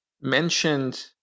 mentioned